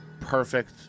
perfect